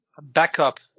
backup